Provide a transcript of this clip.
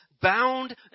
Bound